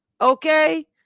Okay